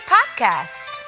Podcast